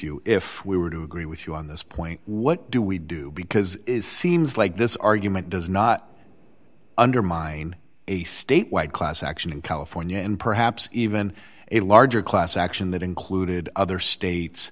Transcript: you if we were to agree with you on this point what do we do because it seems like this argument does not undermine a state wide class action in california and perhaps even a larger class action that included other states